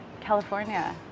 California